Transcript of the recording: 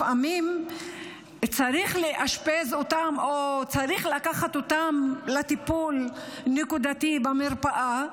לפעמים צריך לאשפז אותם או צריך לקחת אותם לטיפול נקודתי במרפאה,